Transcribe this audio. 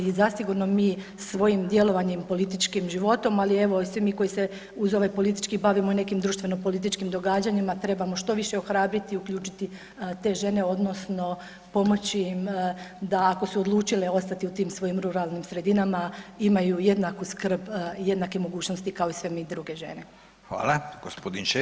I zasigurno mi svojim djelovanjem i političkim životom, ali evo i svi mi koji se uz ovaj politički bavimo i nekim društveno političkim događanjima trebamo što više ohrabriti i uključiti te žene odnosno pomoći im da ako su odlučile ostati u tim svojim ruralnim sredinama imaju jednaku skrb i jednake mogućnosti kao sve mi druge žene.